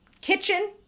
kitchen